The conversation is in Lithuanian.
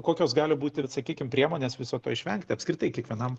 kokios gali būt ir sakykim priemonės viso to išvengt apskritai kiekvienam